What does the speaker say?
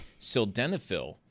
Sildenafil